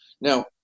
Now